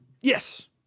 Yes